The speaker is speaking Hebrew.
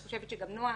אני חושבת שנועה